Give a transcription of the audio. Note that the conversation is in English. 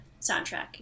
soundtrack